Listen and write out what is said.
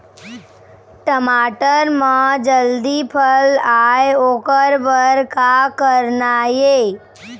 टमाटर म जल्दी फल आय ओकर बर का करना ये?